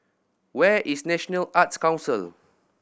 where is National Arts Council